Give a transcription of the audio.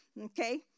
okay